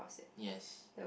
yes